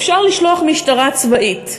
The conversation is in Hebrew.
אפשר לשלוח משטרה צבאית.